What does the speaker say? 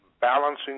balancing